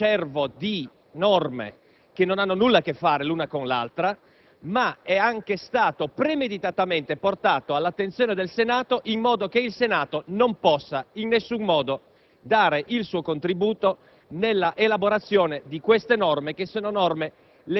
non solo presenta un coacervo di norme che nulla hanno a che fare l'una con l'altra, ma è stato anche premeditamente portato all'attenzione del Senato in modo che questo non potesse in alcun modo